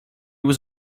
was